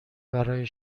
برای